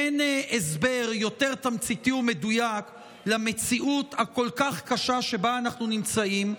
אין הסבר יותר תמציתי ומדויק למציאות הכל-כך קשה שבה אנחנו נמצאים,